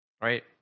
right